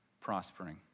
prospering